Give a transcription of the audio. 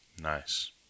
Nice